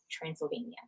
Transylvania